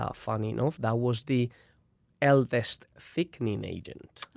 ah funny enough, that was the oldest thickening agent.